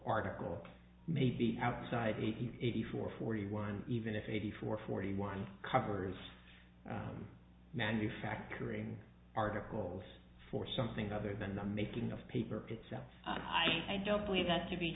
article maybe outside even for forty one even if eighty four forty one covers manufacturing articles for something other than the making of paper itself i don't believe that to be